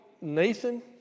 Nathan